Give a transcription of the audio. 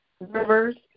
Rivers